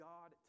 God